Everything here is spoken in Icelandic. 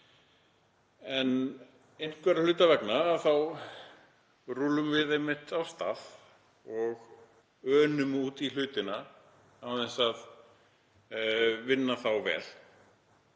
En einhverra hluta vegna þá rúllum við af stað og önum út í hlutina án þess að vinna þá vel.